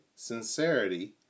Sincerity